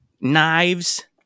knives